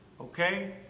okay